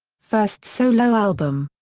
first solo album.